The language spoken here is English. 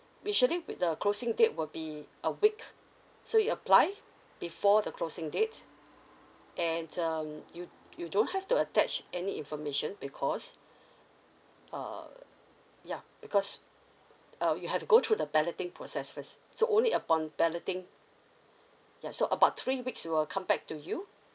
usually with the closing date will be a week so it apply before the closing dates and um you you don't have to attach any information because uh yeah because uh you have to go through the balloting process first so only upon balloting ya so about three weeks we will come back to you